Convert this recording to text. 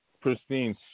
pristine